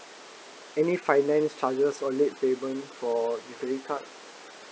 any finance charges or late payment for the credit card